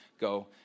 go